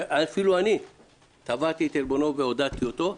שאפילו אני תבעתי את עלבונו ועודדתי אותו.